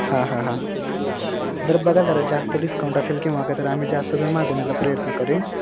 हां हां हां जरा बघा जरा जास्त डिस्काउंट असेल किंवा काय तर आम्ही जास्त जण मागवण्याचा प्रयत्न करेन